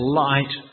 light